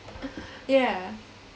yeah